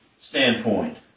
standpoint